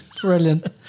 Brilliant